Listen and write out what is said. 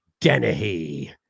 Dennehy